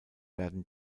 werden